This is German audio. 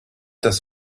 das